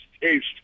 taste